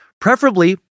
preferably